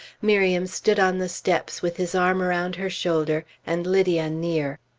miriam stood on the steps with his arm around her shoulder, and lydia near.